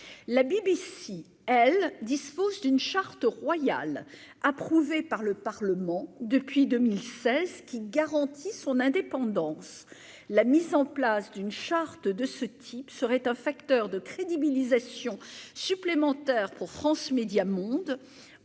la BBC, elle dispose d'une charte royale, approuvé par le Parlement depuis 2016 qui garantit son indépendance, la mise en place d'une charte de ce type serait un facteur de crédibilisation supplémentaire pour France Médias Monde